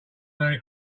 merry